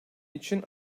için